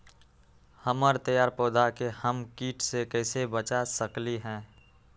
हमर तैयार पौधा के हम किट से कैसे बचा सकलि ह?